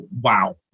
Wow